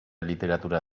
literatura